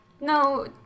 No